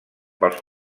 pels